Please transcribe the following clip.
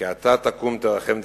"כי אתה תקום תרחם ציון,